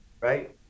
right